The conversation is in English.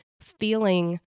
feeling